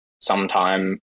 sometime